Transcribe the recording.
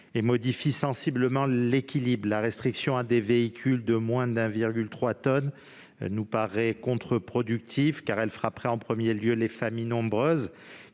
et à modifier sensiblement l'équilibre voté en commission. La restriction à des véhicules de moins de 1,3 tonne nous paraît contre-productive, car elle frapperait en premier lieu les familles nombreuses,